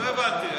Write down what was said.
לא הבנתי.